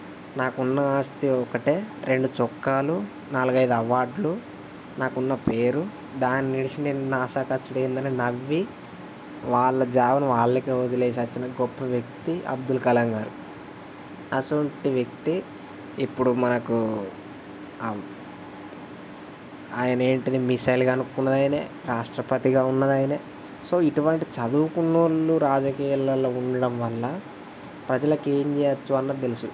నాకు ఉన్న ఆస్తి ఒక్కటే రెండు చొక్కాలు నాలుగైదు అవార్డ్లు నాకు ఉన్న పేరు దాన్ని విడిచి నేను నాసాకి వచ్చుడు ఏంటి అని నవ్వి వాళ్ళ జాబ్ని వాళ్ళకే వదిలేసి వచ్చిన గొప్ప వ్యక్తి అబ్దుల్ కలాం గారు అటువంటి వ్యక్తి ఇప్పుడు మనకు ఆయన ఏంటిది మిస్సైల్ కనుక్కున్నది ఆయనే రాష్ట్రపతిగా ఉన్నది ఆయనే సో ఇటువంటి చదువుకున్న వాళ్ళు రాజకీయాల్లో ఉండడం వల్ల ప్రజలకి ఏం చేయవచ్చు అన్నది తెలుసు